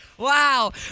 Wow